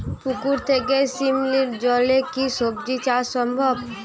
পুকুর থেকে শিমলির জলে কি সবজি চাষ সম্ভব?